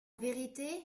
vérité